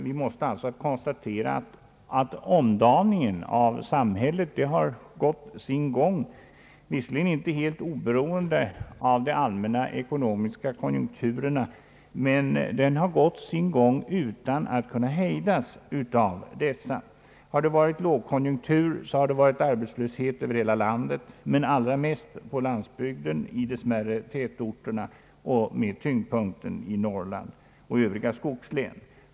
Vi måste alltså konstatera att omdaningen av samhället gått sin gång — visserligen inte helt oberoende av de allmänna ekonomiska konjunkturerna, men utan att kunna hejdas av dessa. Har det varit lågkonjunktur har det rått arbetslöshet över hela landet, men allra mest på landsbygden och i de smärre tätorterna. Tyngdpunkten har legat i Norrland och i övriga skogslän.